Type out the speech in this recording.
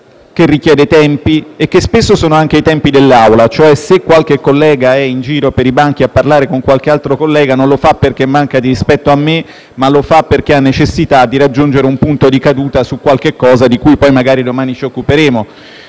che richiede tempi, che spesso sono anche quelli dell'Assemblea stessa. Cioè, se qualche collega è in giro per l'Aula a parlare con qualche altro collega, non lo fa perché manca di rispetto a me, ma lo fa perché ha necessità di raggiungere un punto di caduta su qualche cosa di cui poi magari domani ci occuperemo.